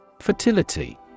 Fertility